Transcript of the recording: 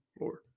Lord